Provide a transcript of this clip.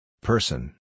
Person